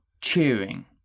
cheering